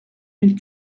mille